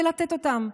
בלתת אותן,